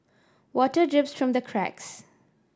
water drips from the cracks